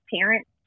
parents